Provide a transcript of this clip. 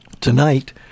Tonight